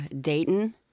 Dayton